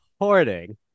hoarding